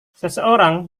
seseorang